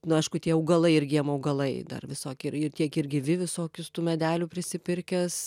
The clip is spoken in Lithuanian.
nu aišku tie augalai irgi jam augalai dar visoki ir ir tiek ir gyvi visokius tų medelių prisipirkęs